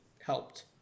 helped